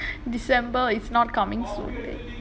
december is not coming soon dey